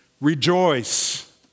rejoice